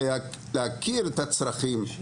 כדי להכיר את הצרכים,